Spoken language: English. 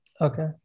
Okay